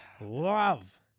Love